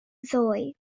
ddoe